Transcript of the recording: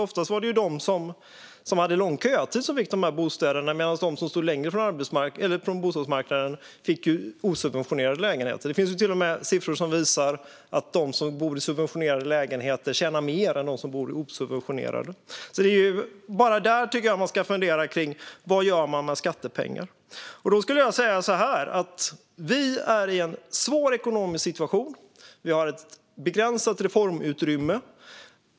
Oftast var det de som hade lång kötid som fick bostäderna, medan de som stod längre från bostadsmarknaden fick osubventionerade lägenheter. Det finns till och med siffror som visar att de som bor i subventionerade lägenheter tjänar mer än de som bor i osubventionerade. Bara där tycker jag att man ska fundera kring vad man gör med skattepengar. Vi är i en svår ekonomisk situation. Vi har ett begränsat reformutrymme.